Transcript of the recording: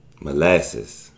Molasses